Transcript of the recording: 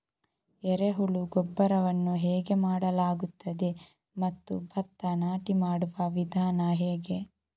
ಎರೆಹುಳು ಗೊಬ್ಬರವನ್ನು ಹೇಗೆ ಮಾಡಲಾಗುತ್ತದೆ ಮತ್ತು ಭತ್ತ ನಾಟಿ ಮಾಡುವ ವಿಧಾನ ಹೇಗೆ?